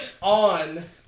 on